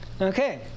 Okay